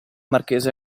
marchese